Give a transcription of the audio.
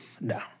No